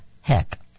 heck